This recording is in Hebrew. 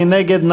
מי נגד?